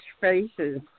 faces